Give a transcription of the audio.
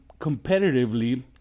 competitively